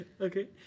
Okay